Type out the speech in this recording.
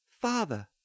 father